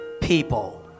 people